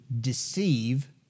deceive